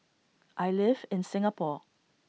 I live in Singapore